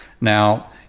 Now